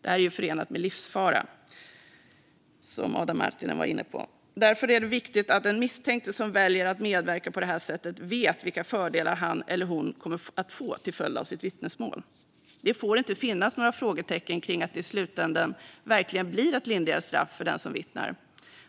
Det är ju förenat med livsfara, som Adam Marttinen var inne på. Därför är det viktigt att den misstänkte som väljer att medverka på det här sättet vet vilka fördelar han eller hon kommer att få till följd av sitt vittnesmål. Det får inte finnas några frågetecken kring att det i slutänden verkligen blir ett lindrigare straff för den som vittnar.